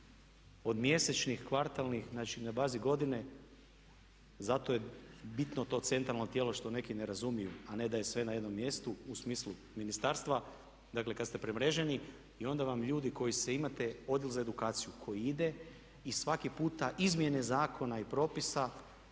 od mjesečnih, kvartalnih, znači na bazi godine zato je bitno to centralno tijelo što neki ne razumiju, a ne da je sve na jednom mjestu u smislu ministarstva, dakle kad ste premreženi i onda vam ljudi koji se, imate odjel za edukaciju koji ide i svaki puta izmjene zakona i propisa